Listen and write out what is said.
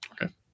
okay